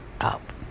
up